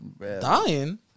Dying